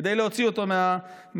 כדי להוציא אותו מזה.